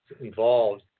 involved